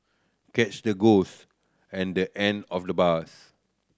catch the ghost at the end of the bus